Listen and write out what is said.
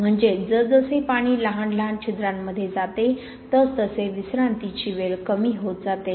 म्हणजेच जसजसे पाणी लहान लहान छिद्रांमध्ये जाते तसतसे विश्रांतीची वेळ कमी होत जाते